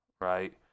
right